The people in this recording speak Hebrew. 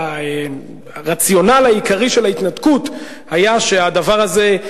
הרציונל העיקרי של ההתנתקות היה שהדבר הזה,